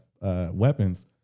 weapons